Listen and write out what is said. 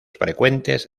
frecuentes